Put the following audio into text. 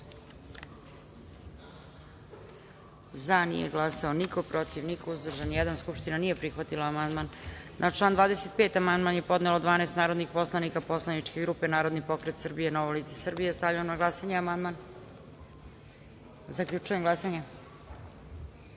– nije glasao niko, protiv – niko, uzdržan – jedan. Skupština nije prihvatila amandman. Na član 64. amandman je podnelo 12 narodnih poslanika poslaničke grupe Narodni pokret Srbije – Novo lice Srbije. Stavljam na glasanje amandman. Zaključujem glasanje: